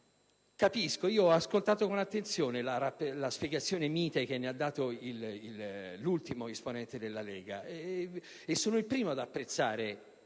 Ho ascoltato con attenzione la spiegazione mite che ne ha dato l'ultimo esponente della Lega. Sono il primo ad apprezzare